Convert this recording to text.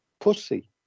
Pussy